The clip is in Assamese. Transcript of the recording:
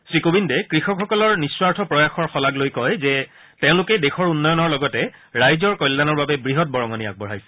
শ্ৰী কোৱিন্দে কৃষকসকলৰ নিঃস্বাৰ্থ প্ৰয়াসৰ প্ৰশংসা কৰি কয় যে তেওঁলোকে দেশৰ উন্নয়নৰ লগতে ৰাইজৰ কল্যাণৰ বাবে বৃহৎ বৰঙণি আগবঢ়াইছে